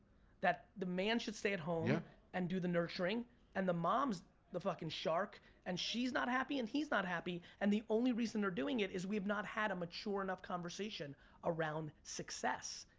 that the man should stay at home yeah and do the nurturing and the mom's the fucking shark and she's not happy and he's not happy and the only reason they're doing it is we have not had a mature enough conversation around success.